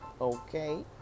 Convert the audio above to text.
okay